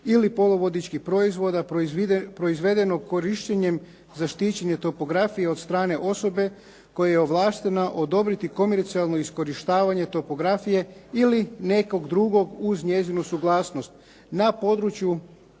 ili poluvodičkih proizvoda proizvedeno korištenjem zaštićene topografije od strane osobe koja je ovlaštena odobriti komercijalno iskorištavanje topografije ili nekog drugog uz njezinu suglasnost na području